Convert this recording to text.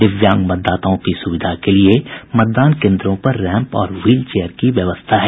दिव्यांग मतदाताओं की सुविधा के लिये मतदान केन्द्रों पर रैंप और व्हील चेयर की व्यवस्था है